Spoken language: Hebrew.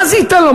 מה זה ייתן לו?